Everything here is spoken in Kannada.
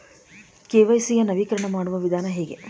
ಕೆ.ವೈ.ಸಿ ಯ ನವೀಕರಣ ಮಾಡುವ ವಿಧಾನ ಹೇಗೆ?